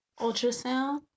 ultrasound